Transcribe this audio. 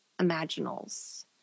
imaginals